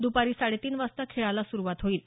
द्पारी साडे तीन वाजता खेळाला सुरुवात होईल